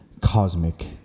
cosmic